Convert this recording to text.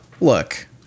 look